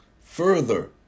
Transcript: further